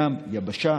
ים, יבשה